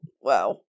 wow